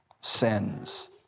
sins